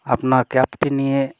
আপনার ক্যাবটি নিয়ে